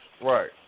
Right